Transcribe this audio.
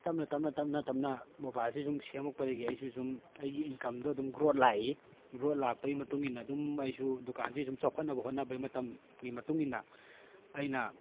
ꯇꯞꯅ ꯇꯞꯅ ꯇꯞꯅ ꯇꯞꯅ ꯃꯣꯕꯥꯏꯜꯁꯦ ꯁꯨꯝ ꯁꯦꯝꯃꯛꯄꯗꯒꯤ ꯑꯩꯖꯨ ꯁꯨꯝ ꯑꯩꯒꯤ ꯏꯟꯀꯝꯗꯣ ꯑꯗꯨꯝ ꯒ꯭ꯔꯣꯠ ꯂꯥꯛꯏ ꯒ꯭ꯔꯣꯠ ꯂꯥꯛꯄꯒꯤ ꯃꯇꯨꯡ ꯏꯟꯅ ꯑꯗꯨꯝ ꯑꯩꯁꯨ ꯗꯨꯀꯥꯟꯁꯦ ꯆꯥꯎꯈꯠꯅꯕꯒꯤ ꯍꯣꯠꯅꯕꯒꯤ ꯃꯇꯝꯒꯤ ꯃꯇꯨꯡ ꯏꯟꯅ ꯑꯩꯅ